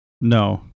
No